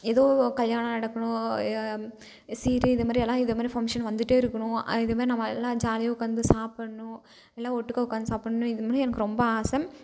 எதோ கல்யாணம் நடக்கணும் சீர் இதமாதிரியெல்லாம் இதமாதிரி ஃபங்ஷன் வந்துகிட்டே இருக்கணும் இதேமாதிரி நம்ம எல்லாம் ஜாலியாக உட்காந்து சாப்படண்ணும் எல்லாம் ஓட்டுக்காக உட்காந்து சாப்படண்ணும் இதுமாதிரி எனக்கு ரொம்ப ஆசை